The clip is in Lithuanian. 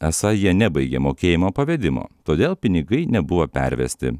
esą jie nebaigė mokėjimo pavedimo todėl pinigai nebuvo pervesti